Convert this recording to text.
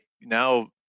now